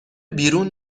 بیرون